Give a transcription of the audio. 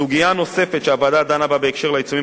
סוגיה נוספת שהוועדה דנה בה בהקשר של העיצומים